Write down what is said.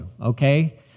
okay